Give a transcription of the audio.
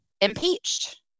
impeached